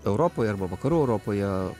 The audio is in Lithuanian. europoje arba vakarų europoje